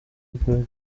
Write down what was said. brig